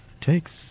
takes